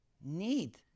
need